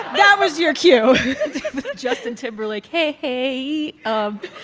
that was your cue justin timberlake hey, hey. um